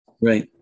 right